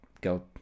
go